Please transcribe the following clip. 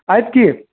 आहेत की